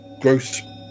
Gross